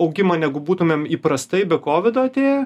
augimą negu būtumėm įprastai be kovido atėję